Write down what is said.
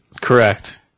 Correct